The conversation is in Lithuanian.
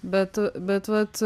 bet bet vat